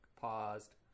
Paused